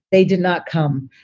they did not come.